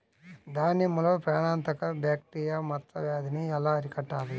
దానిమ్మలో ప్రాణాంతక బ్యాక్టీరియా మచ్చ వ్యాధినీ ఎలా అరికట్టాలి?